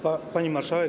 Pani Marszałek!